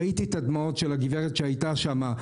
ראיתי את הדמעות של הגברת שהייתה שם.